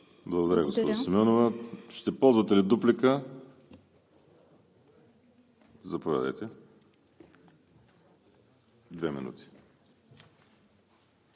Благодаря, госпожо Симеонова. Ще ползвате ли дуплика? Заповядайте. МИНИСТЪР